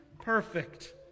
perfect